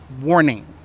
warning